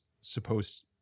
supposed